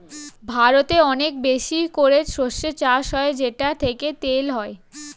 ভারতে অনেক বেশি করে সরষে চাষ হয় যেটা থেকে তেল হয়